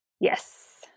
Yes